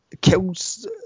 kills